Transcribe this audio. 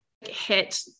hit